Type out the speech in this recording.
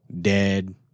dead